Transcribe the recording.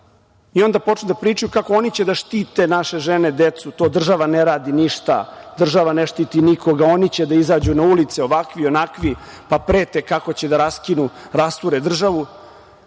i ona počnu da pričaju kako će oni da štite naše žene, decu, to država ne radi ništa, država ne štiti nikoga, oni će da izađu na ulice ovakvi, onakvi, pa prete kako će da rasture državu,